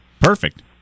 Perfect